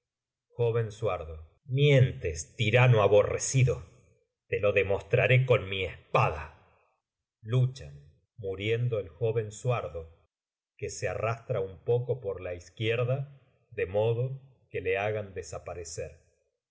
suardo mientes tirano aborrecido te lo demostraré con mi espada luchan muriendo el joven suardo que se arrastra un poco por la izquierda de modo que le hagan desaparecer